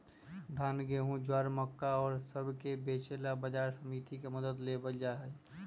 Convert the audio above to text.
धान, गेहूं, ज्वार, मक्का और सब के बेचे ला बाजार समिति के मदद लेवल जाहई